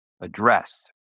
address